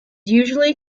usually